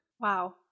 Wow